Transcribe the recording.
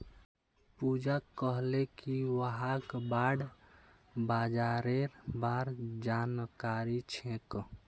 पूजा कहले कि वहाक बॉण्ड बाजारेर बार जानकारी छेक